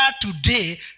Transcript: today